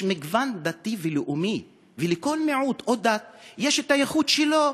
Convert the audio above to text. יש מגוון דתי ולאומי ולכל מיעוט או דת יש הייחוד שלו.